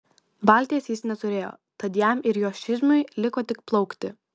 valties jis neturėjo tad jam ir jo širmiui liko tik plaukti